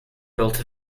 built